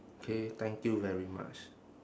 okay thank you very much